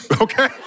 Okay